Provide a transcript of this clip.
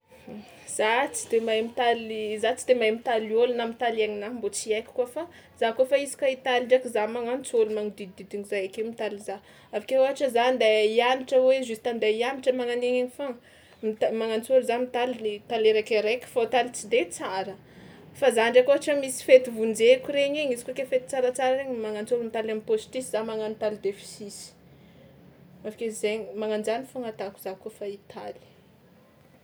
Za tsy de mahay mitaly za tsy de mahay mitaly ôlo na mitaly aigninahy mbô tsy haiko koa fa za kaofa izy koa hitaly ndraiky za magnantso ôlo magnodidididina zay ake mitaly za, avy ake ohatra za andeha hianatra hoe justa andeha hianatra mana an'igny egny foagna, mita- magnantso ôlo za mitaly mitaly araiky araiky fao taly tsy de tsara; fa za ndraiky ohatra misy fety vonjeko regny igny izy koa kefa tsaratsara regny magnantso olo mitaly am'pôstisy za magnano taly defisisy, avy ake zaigny mana an-jany foana atako za kaofa hitaly.